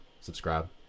subscribe